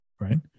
Right